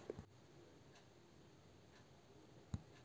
ಕೀಟಗಳು ಹೊಲದಲ್ಲಿ ಯಾವುದರ ಮೇಲೆ ಧಾಳಿ ಮಾಡುತ್ತವೆ?